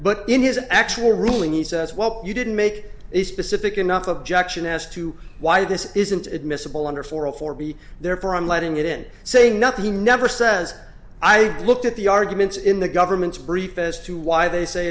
but in his actual ruling he says well you didn't make a specific enough objection as to why this isn't admissible under four hundred four be therefore i'm letting it in saying nothing never says i looked at the arguments in the government's brief as to why they say